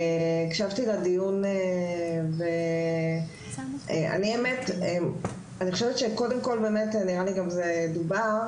הקשבתי לדיון ואני חושבת שקודם כול באמת נראה לי גם זה דובר,